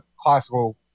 classical